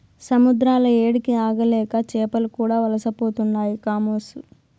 సముద్రాల ఏడికి ఆగలేక చేపలు కూడా వలసపోతుండాయి కామోసు